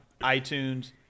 iTunes